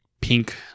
pink